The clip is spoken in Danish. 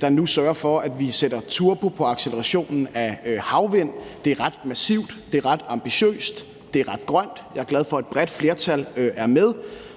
der nu sørger for, at vi sætter turbo på accelerationen af havvind. Det er ret massivt, det er ret ambitiøst, det er ret grønt, og jeg er glad for, at et bredt flertal er med,